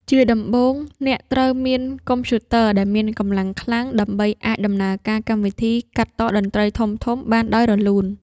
ជាដំបូងអ្នកត្រូវមានកុំព្យូទ័រដែលមានកម្លាំងខ្លាំង ដើម្បីអាចដំណើរការកម្មវិធីកាត់តតន្ត្រីធំៗបានដោយរលូន។